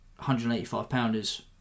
185-pounders